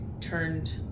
turned